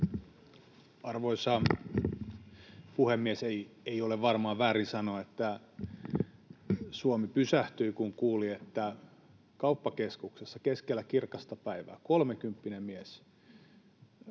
Arvoisa puhemies! Ei ole varmaan väärin sanoa, että Suomi pysähtyi, kun kuuli, että kauppakeskuksessa keskellä kirkasta päivää kolmekymppinen mies käy